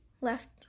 left